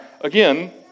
again